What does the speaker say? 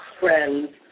friends